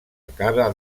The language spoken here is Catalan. acabe